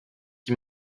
qui